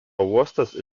uostas